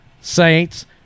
Saints